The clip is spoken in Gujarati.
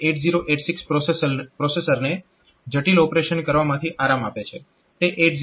તો આ રીતે તે 8086 પ્રોસેસરને જટીલ ઓપરેશન કરવા માંથી આરામ આપે છે